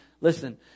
listen